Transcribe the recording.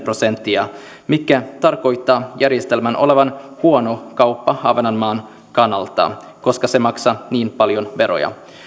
prosenttia mikä tarkoittaa järjestelmän olevan huono kauppa ahvenanmaan kannalta koska se maksaa niin paljon veroja